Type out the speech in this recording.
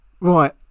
Right